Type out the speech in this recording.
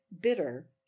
bitter